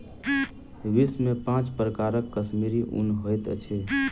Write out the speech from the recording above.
विश्व में पांच प्रकारक कश्मीरी ऊन होइत अछि